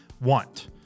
want